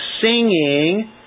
Singing